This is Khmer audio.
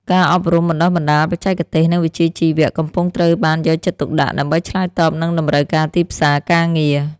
ការអប់រំបណ្តុះបណ្តាលបច្ចេកទេស និងវិជ្ជាជីវៈកំពុងត្រូវបានយកចិត្តទុកដាក់ ដើម្បីឆ្លើយតបនឹងតម្រូវការទីផ្សារការងារ។